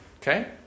Okay